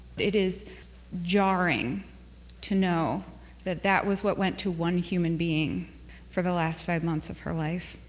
it is jarring to know that that was what went to one human being for the last five months of her life.